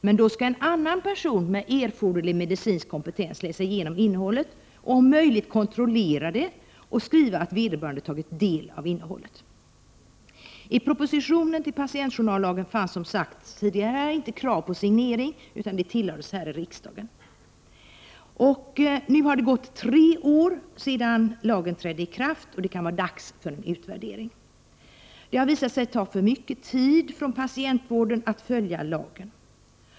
Då skall dock en annan person med erforderlig medicinsk kompetens läsa igenom innehållet och om möjligt kontrollera innehållet och skriva att vederbörande tagit del av innehållet. I propositionen till patientjournallagen fanns, som tidigare sagts, inte krav på signering. Det tillades vid riksdagsbehandlingen. Nu har det gått tre år sedan lagen trädde i kraft, och det kan vara dags för en utvärdering. Det har visat sig ta alltför mycket tid från patientvården att följa lagen.